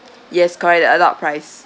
yes correct the adult price